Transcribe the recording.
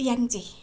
याङ्जे